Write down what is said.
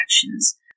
actions